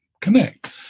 connect